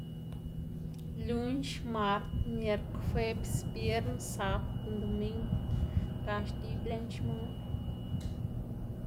Lunx mart mierk juebs biern sabd ndoming ga xdib lën xman. n